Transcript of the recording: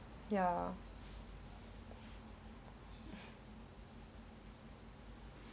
ya